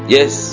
Yes